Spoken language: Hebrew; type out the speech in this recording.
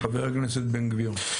חבר הכנסת בן גביר.